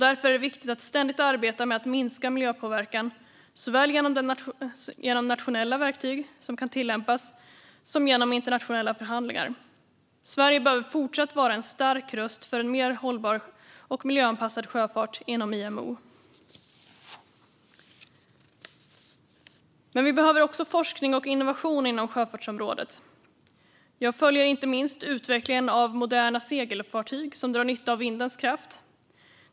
Därför är det viktigt att ständigt arbeta med att minska miljöpåverkan genom såväl nationella verktyg som internationella förhandlingar. Sverige behöver fortsatt vara en stark röst inom IMO för en mer hållbar och miljöanpassad sjöfart. Vi behöver också forskning och innovation inom sjöfartsområdet. Jag följer inte minst utvecklingen av moderna segelfartyg, som drar nytta av vindens kraft.